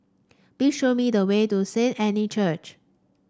please show me the way to Saint Anne Church